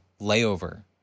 layover